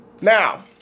Now